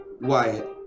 Wyatt